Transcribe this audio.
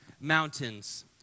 mountains